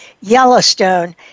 Yellowstone